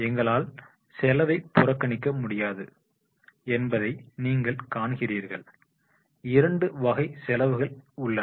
எங்களால்செலவை புறக்கணிக்க முடியாது என்பதை நீங்கள் காண்கிறீர்கள் இரண்டு வகை செலவுகள் உள்ளன